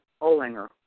Olinger